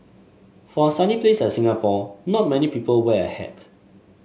for a sunny place like Singapore not many people wear a hat